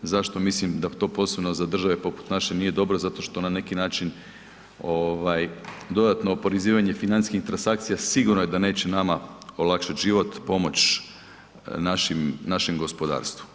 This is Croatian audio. Zašto mislim da to za države poput naše nije dobro, zato što na neki način ovaj dodatno oporezivanje financijskih transakcija sigurno je da neće nama olakšat život, pomoć našem gospodarstvu.